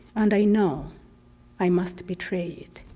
and i know i must betray it.